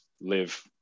live